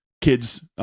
kids